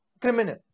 criminal